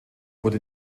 wurde